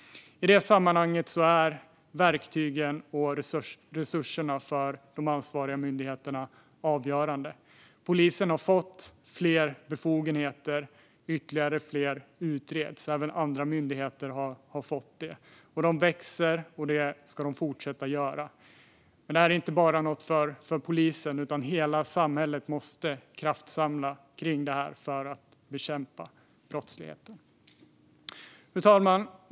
I detta sammanhang är verktygen och resurserna för de ansvariga myndigheterna avgörande. Polisen har fått fler befogenheter, och ytterligare befogenheter utreds. Även andra myndigheter har fått detta. Myndigheterna växer, och det ska de fortsätta att göra. Men detta är inte något bara för polisen, utan hela samhället måste kraftsamla runt detta för att bekämpa brottsligheten. Fru talman!